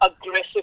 aggressive